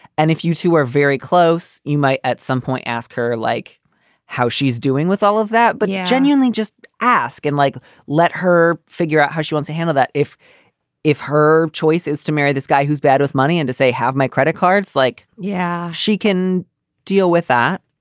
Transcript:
and if you two are very close, you might at some point ask her, like how she's doing with all of that. but you genuinely just ask and like let her figure out how she wants to handle that. if if her choice is to marry this guy who's bad with money and to say have my credit cards, like, yeah, she can deal with that